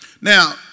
Now